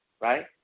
right